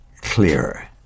clear